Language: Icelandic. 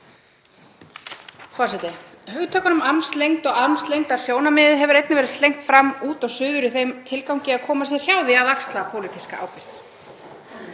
Forseti. Hugtökunum armslengd og armslengdarsjónarmiði hefur einnig verið slengt fram út og suður í þeim tilgangi að koma sér hjá því að axla pólitíska ábyrgð.